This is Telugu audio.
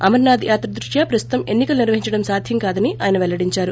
అమర్నాథ్ యాత్ర దృష్ట్యా ప్రస్తుతం ఎన్ని కలు నిర్వహించడం సాధ్యం కాదని ఆయన వెల్లడిందారు